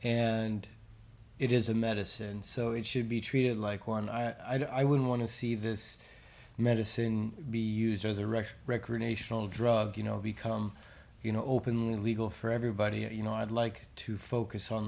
and it is a medicine so it should be treated like one i wouldn't want to see this medicine be used as a record recreational drug you know become you know open legal for everybody and you know i'd like to focus on